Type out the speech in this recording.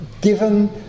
given